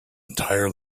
entire